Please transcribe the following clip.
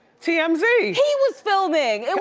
so yeah tmz. he was filming.